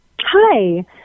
Hi